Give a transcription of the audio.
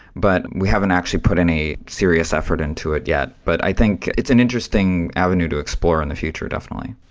but we haven't actually put any serious effort into it yet. but i think it's an interesting avenue to explore in the future definitely.